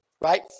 right